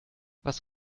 was